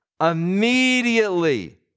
Immediately